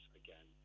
again